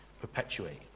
perpetuate